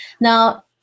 Now